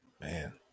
man